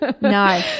No